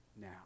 now